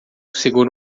segura